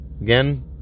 again